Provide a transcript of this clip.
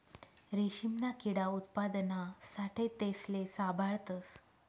रेशीमना किडा उत्पादना साठे तेसले साभाळतस